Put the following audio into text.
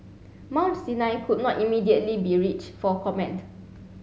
Mount Sinai could not immediately be reached for comment